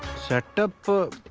setup?